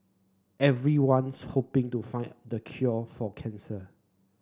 everyone's hoping to find the cure for cancer